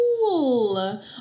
cool